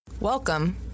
Welcome